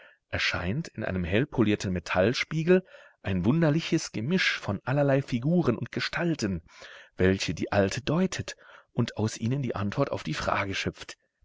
erscheint in einem hellpolierten metallspiegel ein wunderliches gemisch von allerlei figuren und gestalten welche die alte deutet und aus ihnen die antwort auf die frage schöpft